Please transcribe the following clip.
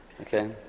Okay